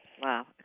Wow